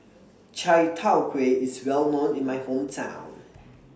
Chai Tow Kuay IS Well known in My Hometown